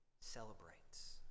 celebrates